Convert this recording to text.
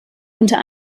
unter